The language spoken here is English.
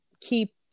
keep